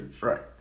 Right